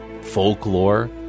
folklore